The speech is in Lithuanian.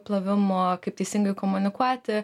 plovimo kaip teisingai komunikuoti